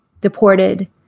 deported